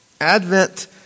Advent